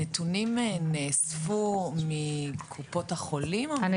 הנתונים נאספו מקופות החולים או מנותני השירותים?